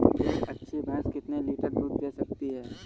एक अच्छी भैंस कितनी लीटर दूध दे सकती है?